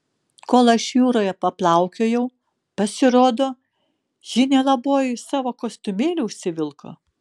kol aš jūroje paplaukiojau pasirodo ji nelaboji savo kostiumėlį užsivilko